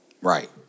Right